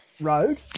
road